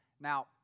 Now